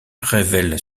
révèle